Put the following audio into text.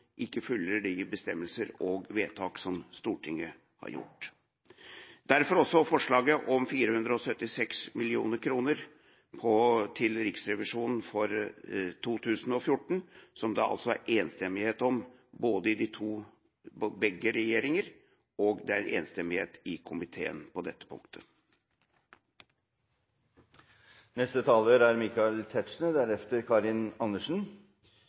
ikke følger de bestemmelser og vedtak som Stortinget har gjort. Derfor er også forslaget 476 mill. kr til Riksrevisjonen for 2014, som det altså er enstemmighet om både i begge regjeringer og i komiteen. Jeg begynner der komitélederen slapp, nemlig Riksrevisjonens budsjettområde. Det er